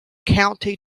county